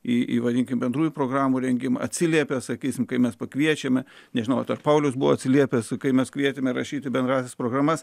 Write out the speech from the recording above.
į įvadinių bendrųjų programų rengimą atsiliepė sakysime kai mes pakviečiame nežinota paulius buvo atsiliepęs kai mes kvietėme rašyti bendras programas